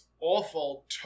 awful